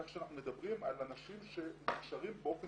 כך שאנחנו מדברים על אנשים שהם מוכשרים באופן